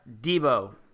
Debo